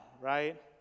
right